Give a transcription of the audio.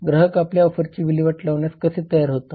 ग्राहक आपल्या ऑफरची विल्हेवाट लावण्यास कसे तयार आहेत